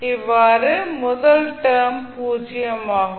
இவ்வாறு முதல் டேர்ம் பூஜ்ஜியமாகும்